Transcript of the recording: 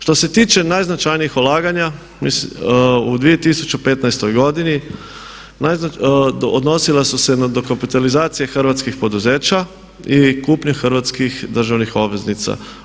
Što se tiče najznačajnijih ulaganja u 2015. godini odnosila su se na dokapitalizacije hrvatskih poduzeća i kupnji hrvatskih državnih obveznica.